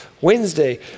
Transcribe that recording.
Wednesday